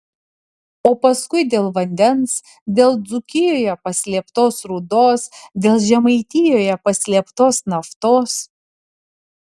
o paskui dėl vandens dėl dzūkijoje paslėptos rūdos dėl žemaitijoje paslėptos naftos